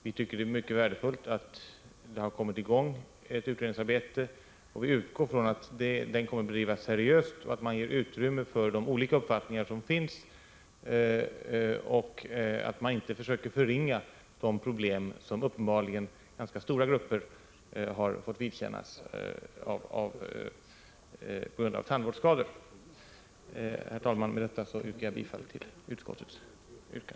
Vi tycker det är mycket värdefullt att ett utredningsarbete har kommit i gång, och vi utgår från att det kommer att bedrivas seriöst och att man ger utrymme för de olika uppfattningar som finns och inte försöker förringa de problem som uppenbarligen ganska stora grupper har fått vidkännas på grund av tandvårdsskador. Herr talman! Med detta yrkar jag bifall till utskottets hemställan.